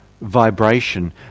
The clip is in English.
vibration